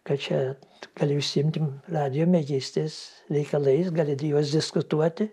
kad čia gali užsiimti radijo mėgystės reikalais gali juos diskutuoti